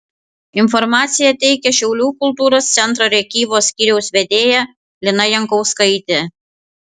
informaciją teikia šiaulių kultūros centro rėkyvos skyriaus vedėja lina jankauskaitė